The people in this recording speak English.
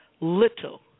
Little